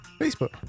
Facebook